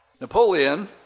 Napoleon